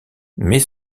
mais